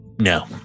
no